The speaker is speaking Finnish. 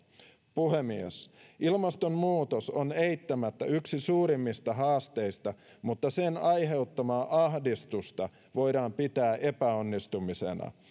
puhemies ilmastonmuutos on eittämättä yksi suurimmista haasteista mutta sen aiheuttamaa ahdistusta voidaan pitää epäonnistumisena